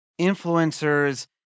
Influencers